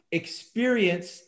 experience